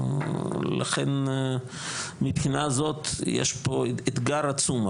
לכן מבחינה זאת יש פה אתגר עצום.